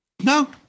No